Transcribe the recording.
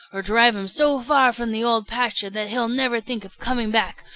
or drive him so far from the old pasture that he'll never think of coming back.